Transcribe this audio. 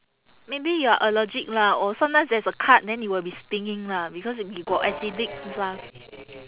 maybe you are allergic lah or sometimes there's a cut then it will be stinging lah because y~ you got acidic